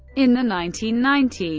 in the nineteen ninety